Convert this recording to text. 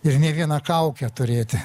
ir ne vieną kaukę turėti